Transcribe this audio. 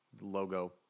logo